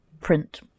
print